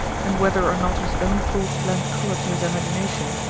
and whether or not his own thoughts lent color to his imagination,